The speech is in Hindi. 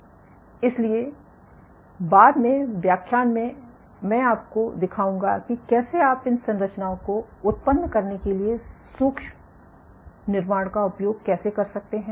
ओके इसलिए बाद में व्याख्यान में मैं आपको दिखाऊंगा कि कैसे आप इन संरचनाओं को उत्पन्न करने के लिए सूक्ष्म निर्माण का उपयोग कैसे कर सकते हैं